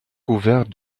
couvert